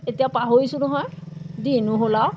এতিয়া পাহৰিছোঁ নহয় দিনো হ'ল আৰু